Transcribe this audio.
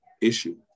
issue